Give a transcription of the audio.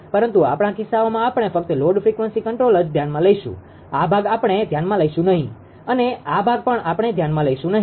પરંતુ આપણા કિસ્સાઓમાં આપણે ફક્ત લોડ ફ્રિકવન્સી કન્ટ્રોલ જ ધ્યાનમાં લઈશું આ ભાગ આપણે ધ્યાનમાં લઈશું નહિ અને આ ભાગ પણ આપણે ધ્યાનમાં લઈશું નહિ